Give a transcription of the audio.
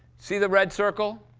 see the red circle?